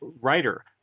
Writer